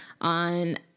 on